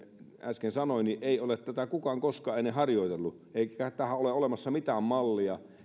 äsken sanoin tätä ei ole kukaan koskaan ennen harjoitellut eikä tähän ole olemassa mitään mallia että jos